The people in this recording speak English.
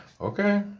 Okay